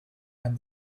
and